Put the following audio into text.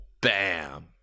Bam